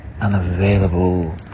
unavailable